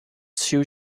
too